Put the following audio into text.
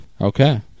Okay